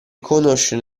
conoscere